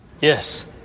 Yes